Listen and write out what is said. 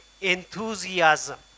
enthusiasm